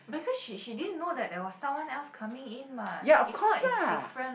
because she she didn't know that there was something else coming in [what] if not it's different